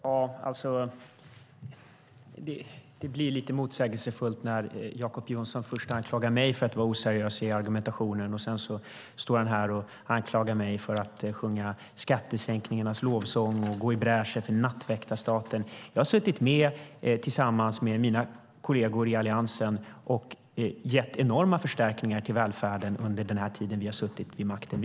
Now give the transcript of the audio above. Herr talman! Det blir lite motsägelsefullt när Jacob Johnson först anklagar mig för att vara oseriös i argumentationen och sedan står och anklagar mig för att sjunga skattesänkningarnas lovsång och gå i bräschen för nattväktarstaten. Jag har suttit med, tillsammans med mina kolleger i Alliansen, och gett enorma förstärkningar till välfärden under den tid vi har suttit vi makten.